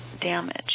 damage